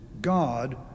god